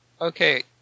okay